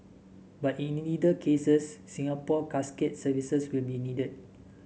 but in neither cases Singapore Casket's services will be needed